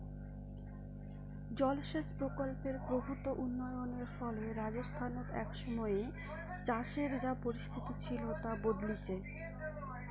জলসেচ প্রকল্পের প্রভূত উন্নয়নের ফলে রাজস্থানত এক সময়ে চাষের যা পরিস্থিতি ছিল তা বদলিচে